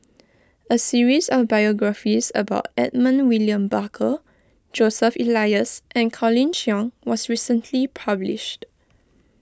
a series of biographies about Edmund William Barker Joseph Elias and Colin Cheong was recently published